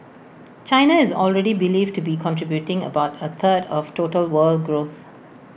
China is already believed to be contributing about A third of total world growth